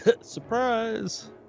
Surprise